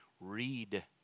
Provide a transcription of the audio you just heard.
read